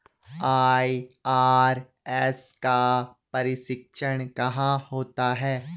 IRS का प्रशिक्षण कहाँ होता है?